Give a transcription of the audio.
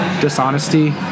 dishonesty